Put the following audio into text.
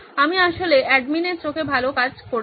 আমি আসলে প্রশাসনের চোখে ভাল কাজ করেছি